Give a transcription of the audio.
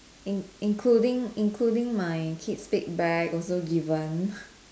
in including including my Kate spade bag also given